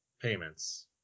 payments